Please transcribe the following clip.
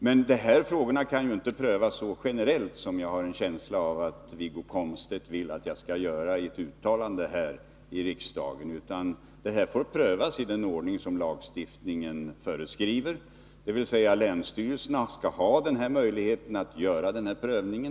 Men dessa frågor kan ju inte prövas så generellt som jag har en känsla av att Wiggo Komstedt vill att jag skall uttala mig för här i riksdagen. De får i stället prövas i den ordning som lagstiftningen föreskriver, där länsstyrelserna alltså har möjlighet att göra en bedömning.